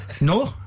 No